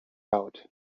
out